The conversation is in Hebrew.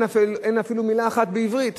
ואין אפילו מלה אחת בעברית.